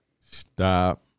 Stop